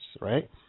right